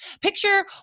Picture